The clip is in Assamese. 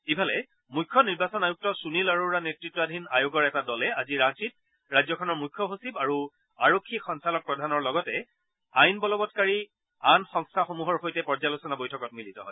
ইফালে মুখ্য নিৰ্বাচন আয়ুক্ত সুনীল আৰোৰা নেতৃতাধীন আয়োগৰ এটা দলে আজি ৰাঁচীত ৰাজ্যখনৰ মুখ্য সচিব আৰু আৰক্ষী সঞ্চালক প্ৰধানৰ লগতে অন্য আইন বলবৎকাৰী সংস্থাসমূহৰ সৈতে পৰ্যালোচনা বৈঠকত মিলিত হয়